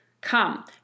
come